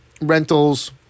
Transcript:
rentals